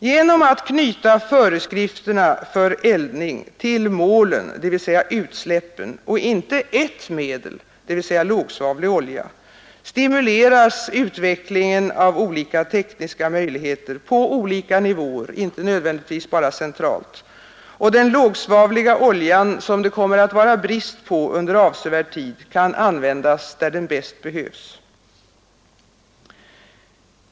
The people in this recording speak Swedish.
Genom att knyta föreskrifterna för eldning till målen, dvs. utsläppen, och inte ett medel, dvs. lågsvavlig olja, stimuleras utvecklingen av olika tekniska möjligheter på olika nivåer — inte nödvändigtvis bara centralt — och den lågsvavliga oljan, som det kommer att vara brist på under avsevärd tid, kan användas där den bäst behövs.